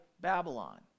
Babylon